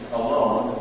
alone